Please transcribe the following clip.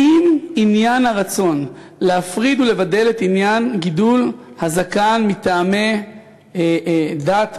האם עניין הרצון להפריד ולבדל את עניין גידול הזקן מטעמי דת,